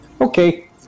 Okay